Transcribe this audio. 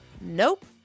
Nope